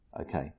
Okay